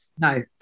No